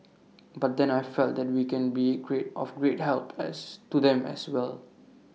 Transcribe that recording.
but then I felt that we can be great of great help as to them as well